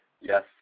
yes